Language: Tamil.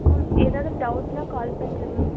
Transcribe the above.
மேம் ஏதாவது டவுட்னால் கால் பண்ணுறேன் மேம்